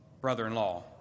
Brother-in-law